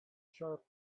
sharp